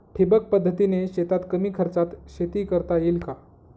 ठिबक पद्धतीने शेतात कमी खर्चात शेती करता येईल का?